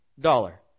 dollar